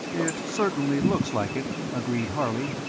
it certainly looks like it, agreed harley.